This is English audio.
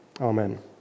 Amen